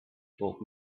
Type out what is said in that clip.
told